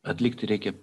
atlikti reikia